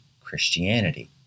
christianity